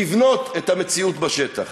לבנות את המציאות בשטח.